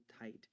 tight